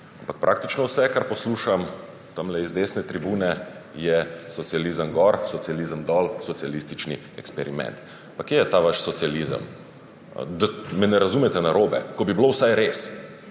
praktično vse, kar poslušam tamle z desne tribune, je: socializem gor, socializem dol, socialistični eksperiment. Pa kje je ta vaš socializem? Da me ne razumete narobe, ko bi bilo vsaj res.